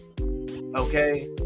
okay